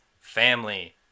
family